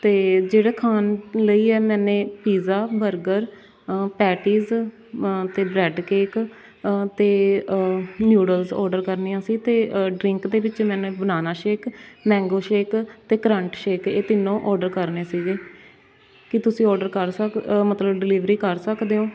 ਅਤੇ ਜਿਹੜਾ ਖਾਣ ਲਈ ਹੈ ਮੈਨੇ ਪੀਜ਼ਾ ਬਰਗਰ ਪੈਟੀਜ਼ ਅਤੇ ਬ੍ਰੈੱਡ ਕੇਕ ਅਤੇ ਨਿਊਡਲਜ਼ ਔਡਰ ਕਰਨੀਆਂ ਸੀ ਅਤੇ ਡਰਿੰਕ ਦੇ ਵਿੱਚ ਮੈਨੇ ਬਨਾਨਾ ਸ਼ੇਕ ਮੈਗੋ ਸ਼ੇਕ ਅਤੇ ਕਰੰਟ ਸ਼ੇਕ ਇਹ ਤਿੰਨੋ ਔਡਰ ਕਰਨੇ ਸੀਗੇ ਕੀ ਤੁਸੀਂ ਔਡਰ ਕਰ ਸਕ ਮਤਲਬ ਡਿਲੀਵਰੀ ਕਰ ਸਕਦੇ ਹੋ